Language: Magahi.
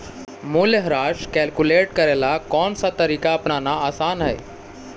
मूल्यह्रास कैलकुलेट करे ला कौनसा तरीका अपनाना आसान हई